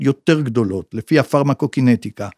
‫יותר גדולות לפי הפרמקו-קינטיקה.